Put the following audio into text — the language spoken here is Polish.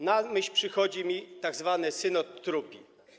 Na myśl przychodzi mi tzw. synod trupi.